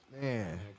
Man